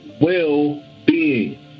well-being